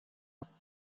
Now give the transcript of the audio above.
atoll